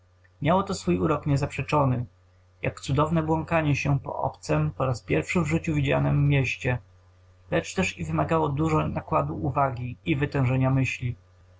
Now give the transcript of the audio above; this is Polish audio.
miało to swój urok niezaprzeczony jak cudowne błąkanie się po obcem po raz pierwszy w życiu widzianem mieście lecz też i wymagało dużo nakładu uwagi i wytężenia myśli